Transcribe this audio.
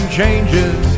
changes